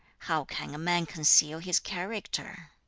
how can a man conceal his character